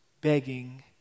begging